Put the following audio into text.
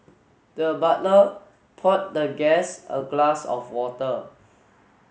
the butler poured the guest a glass of water